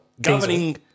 governing